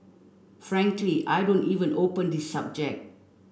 frankly I don't even open this subject